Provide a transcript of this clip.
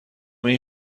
این